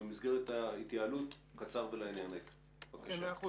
במסגרת ההתייעלות תדבר קצר ולעניין, איתן.